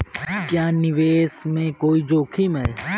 क्या निवेश में कोई जोखिम है?